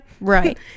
Right